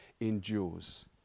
endures